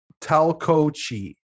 Talcochi